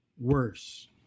worse